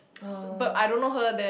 oh